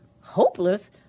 hopeless